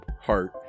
heart